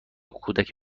کودک